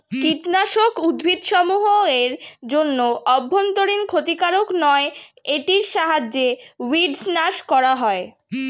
কীটনাশক উদ্ভিদসমূহ এর জন্য অভ্যন্তরীন ক্ষতিকারক নয় এটির সাহায্যে উইড্স নাস করা হয়